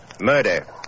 Murder